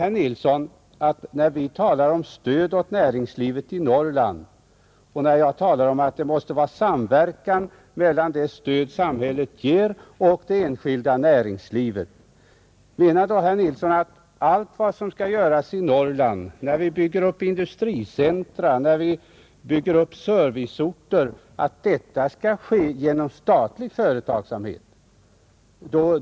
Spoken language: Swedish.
Vi har talat om stöd åt näringslivet i Norrland och jag har talat om att det måste ske en samverkan mellan det stöd samhället ger och det som kommer från det enskilda näringslivet. Menar då herr Nilsson att allt vad som skall göras i Norrland, när vi bygger upp industricentra och serviceorter, skall ske genom statlig företagsamhet?